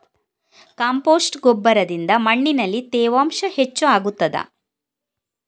Compost ಗೊಬ್ಬರದಿಂದ ಮಣ್ಣಿನಲ್ಲಿ ತೇವಾಂಶ ಹೆಚ್ಚು ಆಗುತ್ತದಾ?